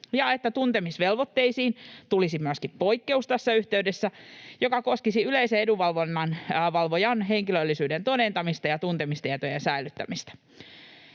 ja että tuntemisvelvoitteisiin myöskin tulisi tässä yhteydessä poikkeus, joka koskisi yleisen edunvalvojan henkilöllisyyden todentamista ja tuntemistietojen säilyttämistä.